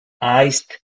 iced